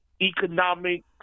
economic